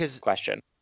question